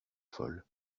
folle